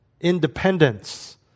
independence